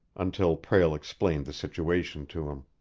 until prale explained the situation to him.